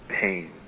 pain